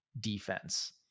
defense